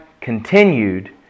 continued